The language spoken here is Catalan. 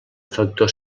factor